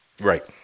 Right